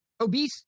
obese